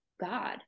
God